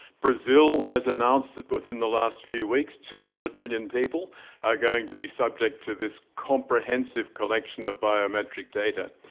brazil has announced that within the last few weeks two-hundred-million people are going to be subject to this comprehensive collection of biometric data.